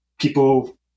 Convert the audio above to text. people